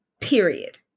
period